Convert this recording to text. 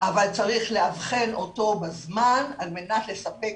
אבל צריך לאבחן אותו בזמן על מנת לספק